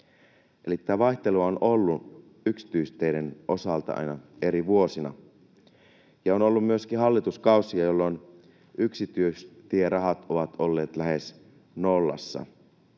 Eli vaihtelua on ollut yksityisteiden osalta aina eri vuosina, ja on ollut myöskin hallituskausia, jolloin yksityistierahat ovat olleet lähes nollassa.